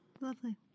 Lovely